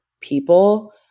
people